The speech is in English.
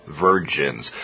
virgins